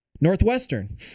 Northwestern